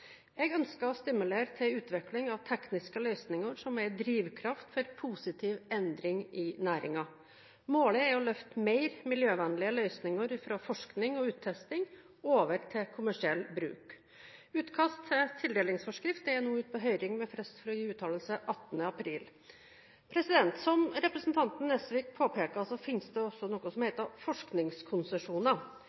Jeg ønsker å stimulere til utvikling av tekniske løsninger som en drivkraft for positiv endring i næringen. Målet er å løfte mer miljøvennlige løsninger fra forskning og uttesting over til kommersiell bruk. Utkast til tildelingsforskrift er nå ute på høring med frist for å gi uttalelse 18. april. Som representanten Nesvik påpeker, finnes det også noe som heter forskningskonsesjoner.